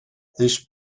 this